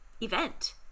event